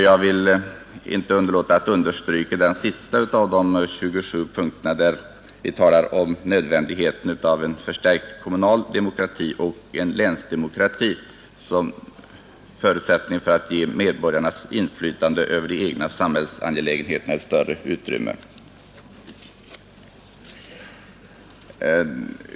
Jag kan inte underlåta att understryka den sista av de 27 punkterna, där vi talar om nödvändigheten av förstärkt kommunal demokrati och länsdemokrati för att ge medborgarnas inflytande över de egna samhällsangelägenheterna ett större utrymme.